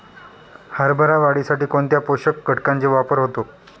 हरभरा वाढीसाठी कोणत्या पोषक घटकांचे वापर होतो?